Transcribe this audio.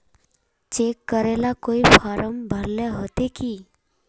Cheque करेला कोई फारम भरेले होते की?